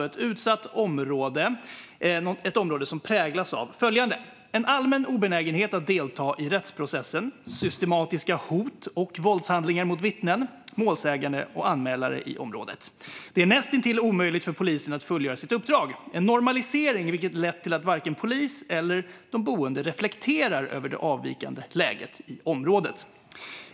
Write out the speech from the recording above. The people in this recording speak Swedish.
Ett utsatt område är alltså ett område som präglas av en allmän obenägenhet att delta i rättsprocessen och av systematiska hot och våldshandlingar mot vittnen, målsägande och anmälare i området. Det är näst intill omöjligt för polisen att fullgöra sitt uppdrag. Det har många gånger skett en normalisering, vilken lett till att varken polis eller de boende reflekterar över det avvikande läget i området.